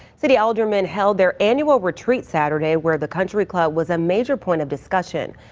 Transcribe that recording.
city aldermen held their annual retreat saturday. where the country club was a major point of discussion.